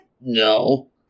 No